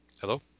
Hello